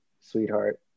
sweetheart